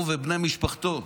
הוא ובני משפחתו,